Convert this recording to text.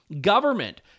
Government